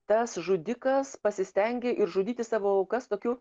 tas žudikas pasistengė ir žudyti savo aukas tokiu